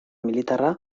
militarra